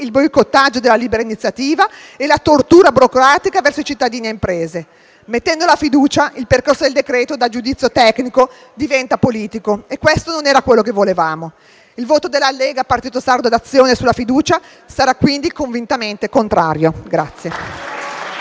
libera iniziativa e la tortura burocratica verso cittadini e imprese. Mettendo la fiducia, il giudizio sul decreto da tecnico diventa politico e questo non era quello che volevamo. Il voto della Lega-Partito Sardo d'Azione sulla fiducia sarà quindi convintamente contrario.